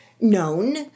known